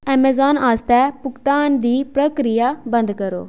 Amazon आस्तै भुगतान दी प्रक्रिया बंद करो